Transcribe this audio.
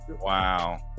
Wow